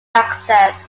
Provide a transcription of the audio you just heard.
access